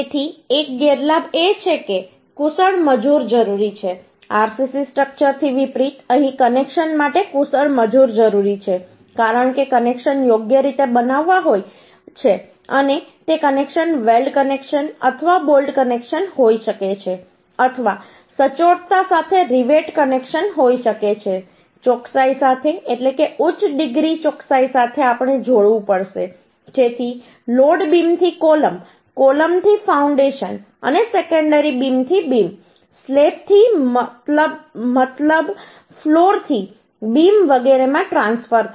તેથી એક ગેરલાભ એ છે કે કુશળ મજૂર જરૂરી છે આરસીસી સ્ટ્રક્ચરથી વિપરીત અહીં કનેક્શન માટે કુશળ મજૂર જરૂરી છે કારણ કે કનેક્શન યોગ્ય રીતે બનાવવાના હોય છે અને તે કનેક્શન વેલ્ડ કનેક્શન અથવા બોલ્ટ કનેક્શન હોઈ શકે છે અથવા સચોટતા સાથે રિવેટ કનેક્શન હોઈ શકે છે ચોકસાઈ સાથે એટલે કે ઉચ્ચ ડિગ્રી ચોકસાઈ સાથે આપણે જોડવું પડશે જેથી લોડ બીમથી કોલમ કોલમથી ફાઉન્ડેશન અને સેકન્ડરી બીમથી બીમ સ્લેબથી મતલબ ફ્લોર થી બીમ વગેરેમાં ટ્રાન્સફર થાય